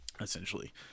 essentially